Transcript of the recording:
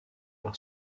par